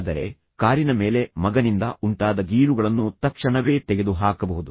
ಆದರೆ ಕಾರಿನ ಮೇಲೆ ಮಗನಿಂದ ಉಂಟಾದ ಗೀರುಗಳನ್ನು ತಕ್ಷಣವೇ ತೆಗೆದುಹಾಕಬಹುದು